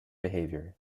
behavior